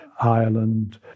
Ireland